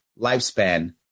lifespan